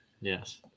Yes